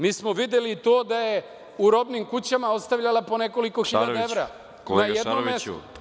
Mi smo videli i to da je u robnim kućama ostavljala po nekoliko hiljada evra na jednom mestu.